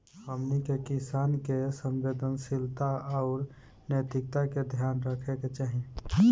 हमनी के किसान के संवेदनशीलता आउर नैतिकता के ध्यान रखे के चाही